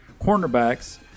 cornerbacks